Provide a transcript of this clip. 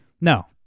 No